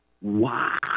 Wow